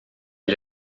est